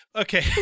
Okay